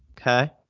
Okay